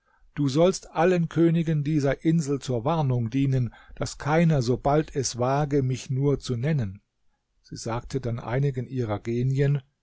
du sollst allen königen dieser insel zur warnung dienen daß keiner so bald es wage mich nur zu nennen sie sagte dann einigen ihrer genien